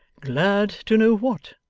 glad to know what